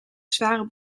zware